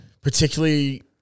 Particularly